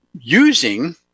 using